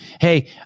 Hey